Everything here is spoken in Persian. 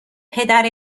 پدر